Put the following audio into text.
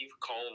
call